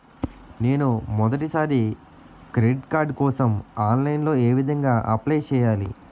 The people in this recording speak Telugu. నేను మొదటిసారి క్రెడిట్ కార్డ్ కోసం ఆన్లైన్ లో ఏ విధంగా అప్లై చేయాలి?